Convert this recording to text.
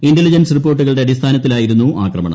intelligence റിപ്പോർട്ടുകളുടെ അടിസ്ഥാനത്തിലായിരുന്നു ആക്രമണം